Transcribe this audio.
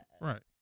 Right